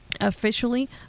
Officially